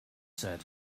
said